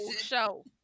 show